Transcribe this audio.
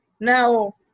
Now